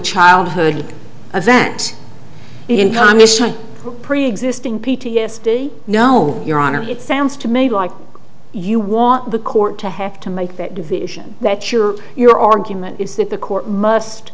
childhood event preexisting p t s d no your honor it sounds to me like you want the court to have to make that division that your your argument is that the court must